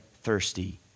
thirsty